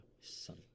Son